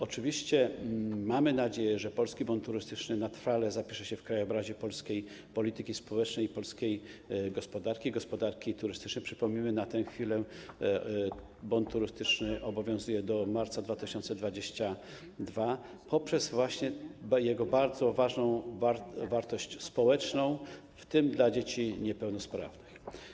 Oczywiście mamy nadzieję, że Polski Bon Turystyczny trwale zapisze się w krajobrazie polskiej polityki społecznej i polskiej gospodarki, gospodarki turystycznej - przypomnijmy, na tę chwilę bon turystyczny obowiązuje do marca 2022 r. - za sprawą właśnie tej jego bardzo ważnej wartości społecznej, w tym w odniesieniu do dzieci niepełnosprawnych.